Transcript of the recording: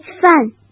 fun